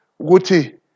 Guti